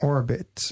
Orbit